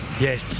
Yes